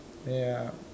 ya